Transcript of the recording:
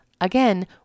again